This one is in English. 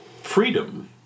freedom